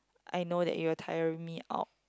I know that it'll tire me out